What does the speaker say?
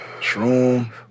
shroom